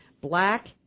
Black